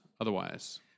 otherwise